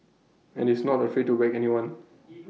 and is not afraid to whack everyone